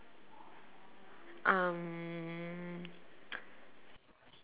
um